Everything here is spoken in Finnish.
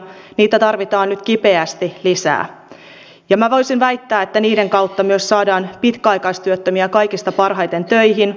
niitä tarvitaan nyt kipeästi lisää ja minä voisin väittää että niiden kautta myös saadaan pitkäaikaistyöttömiä kaikista parhaiten töihin